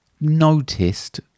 noticed